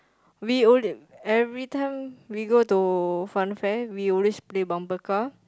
we owe him every time we go to fun fair we always play bumper car